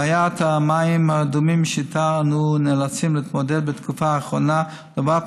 בעיית המים האדומים שאיתה אנו נאלצים להתמודד בתקופה האחרונה נובעת